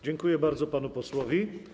Dziękuję bardzo panu posłowi.